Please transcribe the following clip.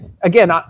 again